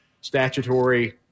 statutory